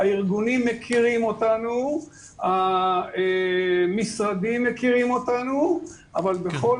הארגונים מכירים אותנו והמשרדים מכירים אותנו אבל בכל